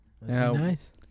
Nice